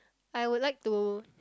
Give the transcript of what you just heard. I would like to